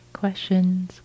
questions